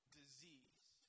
disease